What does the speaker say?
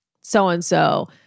so-and-so